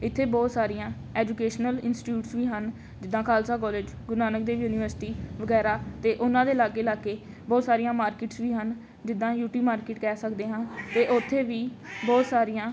ਇੱਥੇ ਬਹੁਤ ਸਾਰੀਆਂ ਐਜੂਕੇਸ਼ਨਲ ਇੰਸੀਟਿਊਟਸ ਵੀ ਹਨ ਜਿੱਦਾਂ ਖਾਲਸਾ ਕੋਲਜ ਗੁਰੂ ਨਾਨਕ ਦੇਵ ਯੂਨੀਵਰਸਿਟੀ ਵਗੈਰਾ ਅਤੇ ਉਹਨਾਂ ਦੇ ਲਾਗੇ ਲਾਗੇ ਬਹੁਤ ਸਾਰੀਆਂ ਮਾਰਕਿਟਸ ਵੀ ਹਨ ਜਿੱਦਾਂ ਯੂ ਟੀ ਮਾਰਕੀਟ ਕਹਿ ਸਕਦੇ ਹਾਂ ਅਤੇ ਉੱਥੇ ਵੀ ਬਹੁਤ ਸਾਰੀਆਂ